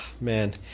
Man